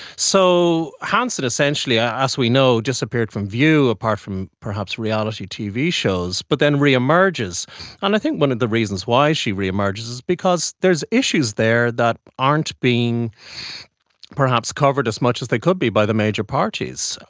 so hanson essentially, as we know, disappeared from view, apart from perhaps reality tv shows, but then re-emerges. and i think one of the reasons why she re-emerges is because there are issues there that aren't being perhaps covered as much as they could be by the major parties.